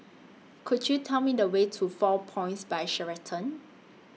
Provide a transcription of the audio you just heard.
Could YOU Tell Me The Way to four Points By Sheraton